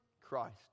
Christ